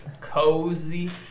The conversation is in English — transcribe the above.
cozy